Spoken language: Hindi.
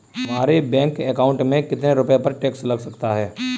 हमारे बैंक अकाउंट में कितने रुपये पर टैक्स लग सकता है?